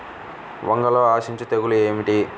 వంగలో ఆశించు తెగులు ఏమిటి?